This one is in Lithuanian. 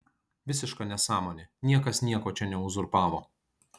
visiška nesąmonė niekas nieko čia neuzurpavo